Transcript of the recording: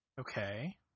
Okay